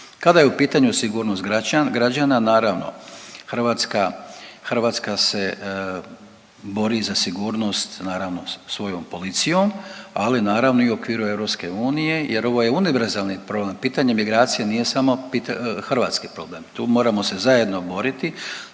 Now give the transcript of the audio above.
Kada je u pitanju sigurnost građana naravno Hrvatska se bori za sigurnost naravno svojom policijom, ali naravno i u okviru EU jer ovo je univerzalni problem. Pitanje migracija nije samo hrvatski problem, tu moramo se zajedno boriti,